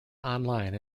online